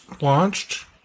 launched